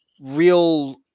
real